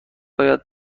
باید